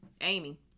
amy